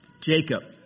Jacob